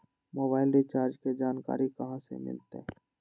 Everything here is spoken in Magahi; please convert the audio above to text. मोबाइल रिचार्ज के जानकारी कहा से मिलतै?